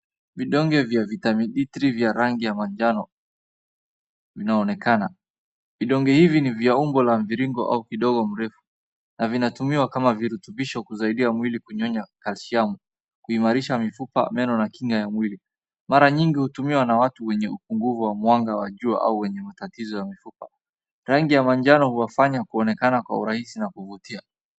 Vidonge vya vitamini D3 vya rangi ya manjano vinaonekana, vidonge hivi ni vya umbo la mviringo au kidogo mirefu. Vinatumiwa kama virutubisho kusaidia mwili kunyonya kalshamu, kuimarisha mifupa, meno na kinga ya mwili, mara nyingi hutumiwa na watu wenye upungufu wa mwanga wa jua. Rangi ya manjano huwafanya kuonekana kwa urahisi na kuvutia.